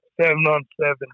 seven-on-seven